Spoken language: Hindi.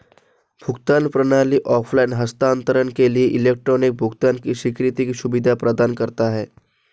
भुगतान प्रणाली ऑफ़लाइन हस्तांतरण के लिए इलेक्ट्रॉनिक भुगतान की स्वीकृति की सुविधा प्रदान करती है